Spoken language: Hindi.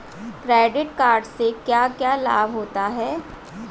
क्रेडिट कार्ड से क्या क्या लाभ होता है?